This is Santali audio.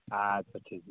ᱟᱪᱪᱷᱟ ᱴᱷᱤᱠ ᱜᱮᱭᱟ